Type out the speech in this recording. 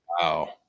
Wow